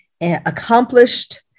accomplished